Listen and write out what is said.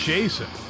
Jason